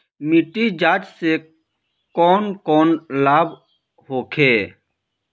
मिट्टी जाँच से कौन कौनलाभ होखे?